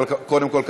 אבל קודם כול,